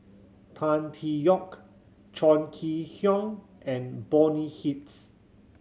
Tan Tee Yoke Chong Kee Hiong and Bonny Hicks